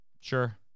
Sure